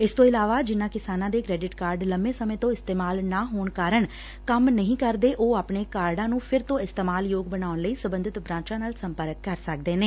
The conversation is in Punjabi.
ਇਸ ਤੋਂ ਇਲਾਵਾ ਜਿਨਾਂ ਕਿਸਾਨਾਂ ਦੇ ਕੈਡਿਟ ਕਾਰਡ ਲੰਮੇ ਸਮੇਂ ਤੋਂ ਇਸਤੇਮਾਲ ਨਾ ਹੋਣ ਕਾਰਨ ਕੰਮ ਨਹੀਂ ਕਰਦੇ ਉਹ ਆਪਣੇ ਕਾਰਡਾ ਨੂੰ ਫਿਰ ਤੋਾ ਇਸਤੇਮਾਲ ਯੋਗ ਬਣਾਉਣ ਲਈ ਸਬੰਧਤ ਬੂਾਚਾ ਨਾਲ ਸੰਪਰਕ ਕਰ ਸਕਦੇ ਨੇ